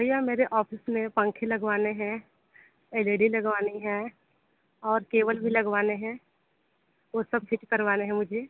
भैया मेरे ऑफिस में पंखे लगवाने हैं एल इ डी लगवानी हैं और केबल भी लगवाने हैं और सब ठीक करवाना है मुझे